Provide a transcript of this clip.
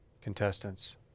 contestants